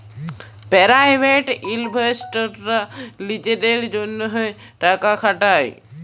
private ইলভেস্টাররা লিজেদের জ্যনহে টাকা খাটায়